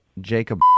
Jacob